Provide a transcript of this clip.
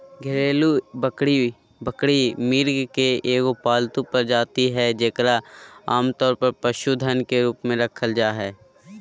घरेलू बकरी बकरी, मृग के एगो पालतू प्रजाति हइ जेकरा आमतौर पर पशुधन के रूप में रखल जा हइ